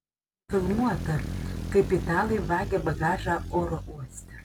nufilmuota kaip italai vagia bagažą oro uoste